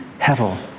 Hevel